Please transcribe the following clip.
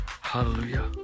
Hallelujah